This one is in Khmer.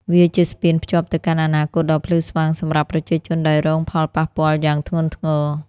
វាជាស្ពានភ្ជាប់ទៅកាន់អនាគតដ៏ភ្លឺស្វាងសម្រាប់ប្រជាជនដែលរងផលប៉ះពាល់យ៉ាងធ្ងន់ធ្ងរ។